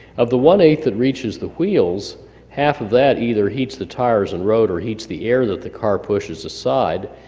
of the one eight that reaches the wheels half of that either heats the tires and road, or heats the air that the car pushes aside,